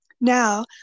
now